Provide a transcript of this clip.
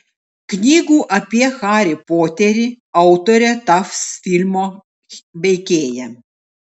knygų apie harį poterį autorė taps filmo veikėja